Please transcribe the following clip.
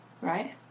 Right